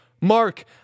Mark